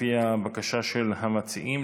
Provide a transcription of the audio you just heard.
לפי הבקשה של המציעים,